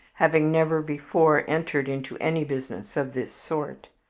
having never before entered into any business of this sort.